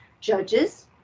judges